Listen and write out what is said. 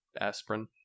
aspirin